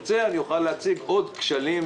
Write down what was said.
אבל לפני שנה וחצי בערך צבעו משרה דרך